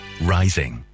rising